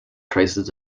traces